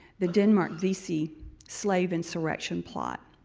the denmark vesey slave insurrection plot,